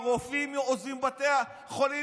הרופאים עוזבים בתי חולים,